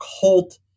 cult